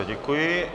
Děkuji.